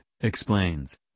explains